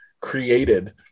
created